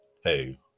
hey